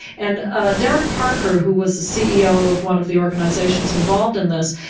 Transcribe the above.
and ah derek parker, who was the ceo of one of the organisations involved in this,